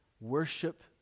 worship